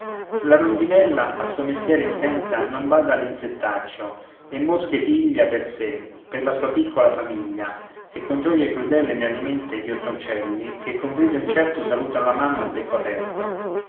la rondinella al suo mestiere intenta non bada all'insettaccio e mosche piglia per sé per la sua piccola famiglia e con gioia crudele ne alimenta i ghiottoncelli che con grido incerto salutano la mamma a becco aperto